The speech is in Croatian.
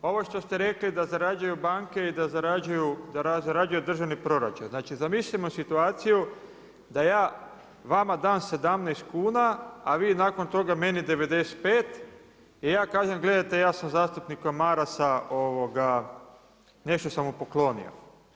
Ovo što ste rekli da zarađuju banke i da zarađuje državni proračun, znači zamislimo situaciju da ja vama dam 17 kuna, a vi nakon toga meni 95 i ja kažem gledajte, ja sam zastupnika Marasa, nešto sam mu poklonio.